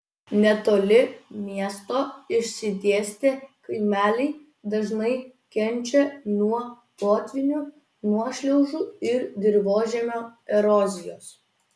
netoli miesto išsidėstę kaimeliai dažnai kenčia nuo potvynių nuošliaužų ir dirvožemio erozijos